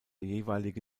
jeweilige